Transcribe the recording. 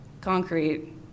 concrete